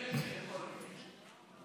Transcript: תהיה בריא,